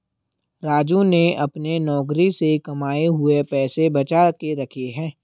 राजू ने अपने नौकरी से कमाए हुए पैसे बचा के रखे हैं